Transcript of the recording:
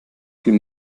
viel